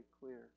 clear